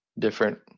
Different